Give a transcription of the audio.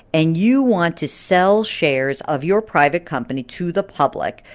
and you want to sell shares of your private company to the public.